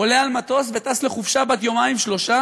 עולה על מטוס וטס לחופשה בת יומיים-שלושה,